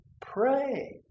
pray